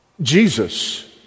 Jesus